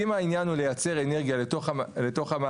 כי אם העניין הוא לייצר אנרגיה לתוך המערכת,